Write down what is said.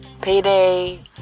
payday